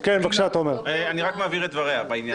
אני רק מעביר את דבריה בעניין הזה.